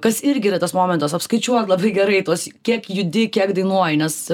kas irgi yra tas momentas apskaičiuok labai gerai tuos kiek judi kiek dainuoji nes